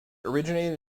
originated